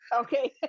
okay